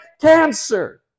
cancer